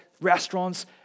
restaurants